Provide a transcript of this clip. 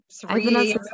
three